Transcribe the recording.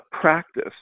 practice